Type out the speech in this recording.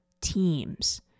teams